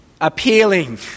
Appealing